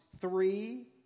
three